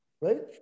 right